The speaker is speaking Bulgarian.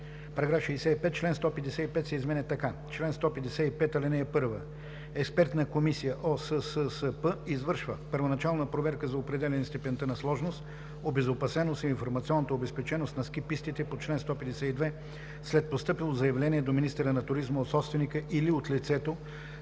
§ 65: „§ 65. Член 155 се изменя така: „Чл. 155. (1) ЕКОСССП извършва първоначална проверка за определяне степента на сложност, обезопасеност и информационната обезпеченост на ски пистите по чл. 152 след постъпило заявление до министъра на туризма от собственика или от лицето,